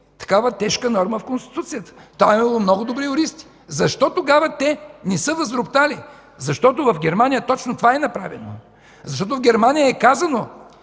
такава тежка норма в Конституцията? Там е имало много добри юристи. Защо тогава те не са възроптали? Защото в Германия е направено точно това, защото в Германия е казано,